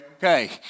Okay